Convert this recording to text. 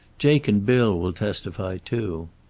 jake and bill will testify too.